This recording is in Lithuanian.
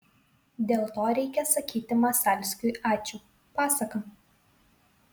dėl to reikia sakyti masalskiui ačiū pasaka